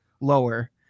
lower